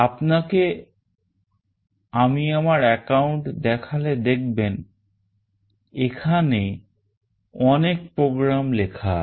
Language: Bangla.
আপনাকে আমি আমার account দেখালে দেখবেন এখানে অনেক program লেখা আছে